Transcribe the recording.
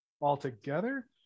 altogether